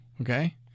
Okay